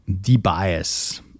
de-bias